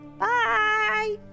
BYE